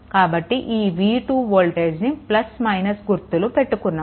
కాబట్టి ఈ v2 వోల్టేజ్ని గుర్తులు పెట్టుకున్నాము